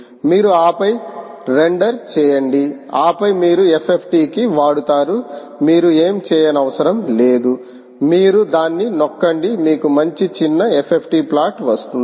మీరు ఆపై రెండర్ చేయండి ఆపై మీరు FFT కి వాడతారు మీరు ఏమీ చేయనవసరం లేదు మీరు దాన్ని నొక్కండి మీకు మంచి చిన్న FFT ప్లాట్లు వస్తుంది